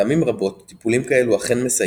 פעמים רבות טיפולים כאלו אכן מסייעים,